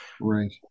Right